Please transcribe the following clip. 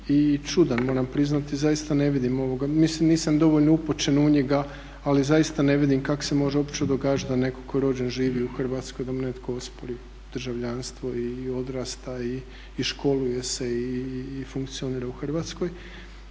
i čudan moram priznati. Mislim nisam dovoljno upućen u njega ali zaista ne vidim kako se može uopće događati da netko tko je rođen i živi u Hrvatskoj da mu netko ospori državljanstvo i odrasta i školuje se i funkcionira u Hrvatskoj.